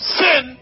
sin